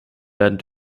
werden